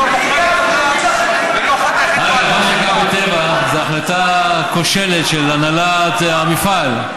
מה שקרה בטבע זו החלטה כושלת של הנהלת המפעל.